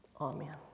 Amen